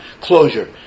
closure